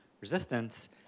resistance